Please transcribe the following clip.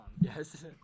Yes